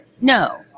no